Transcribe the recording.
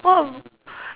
oh